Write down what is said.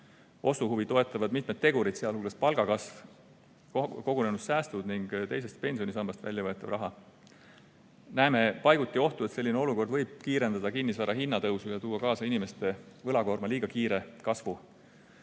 Ostuhuvi toetavad mitmed tegurid, sh palgakasv, kogunenud säästud ning teisest pensionisambast välja võetav raha. Näeme paiguti ohtu, et selline olukord võib kiirendada kinnisvara hinnatõusu ja tuua kaasa inimeste võlakoorma liiga kiire kasvu.